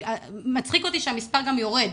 מצחיק אותי שהמספר גם יורד.